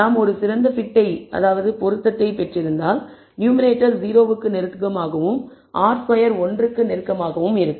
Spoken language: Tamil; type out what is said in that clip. நாம் மிகச் சிறந்த fit ஐப் பெற்றிருந்தால் நியூமேரேட்டர் 0 க்கு நெருக்கமாகவும் R2 ஸ்கொயர் 1 க்கு நெருக்கமாகவும் இருக்கும்